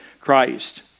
Christ